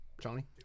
Johnny